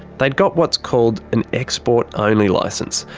they'd got what's called an export only licence,